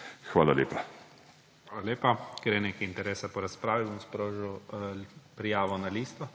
ZORČIČ:** Hvala lepa. Ker je nekaj interesa po razpravi, bom sprožil prijavo na listo